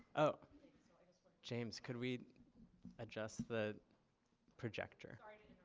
ah james, could we adjust the projector? no,